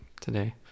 today